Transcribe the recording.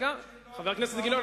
חבר הכנסת גילאון,